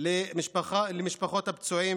למשפחות הפצועים,